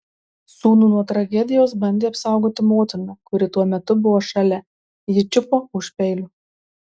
sūnų nuo tragedijos bandė apsaugoti motina kuri tuo metu buvo šalia ji čiupo už peilio